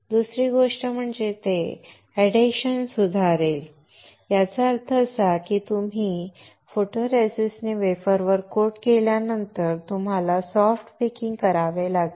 मग दुसरी गोष्ट म्हणजे ते एडेशन सुधारेल याचा अर्थ असा की एकदा तुम्ही फोटोरेसिस्टने वेफरवर कोट केल्यावर तुम्हाला सॉफ्ट बेकिंग करावे लागेल